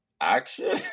action